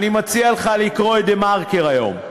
אני מציע לך לקרוא את "דה-מרקר" היום.